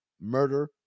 murder